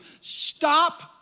Stop